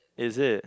is it